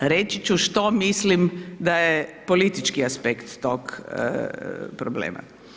Reći ću što mislim da je politički aspekt tog problema.